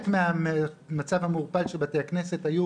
בגלל המצב המעורפל של בתי הכנסת היו